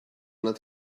not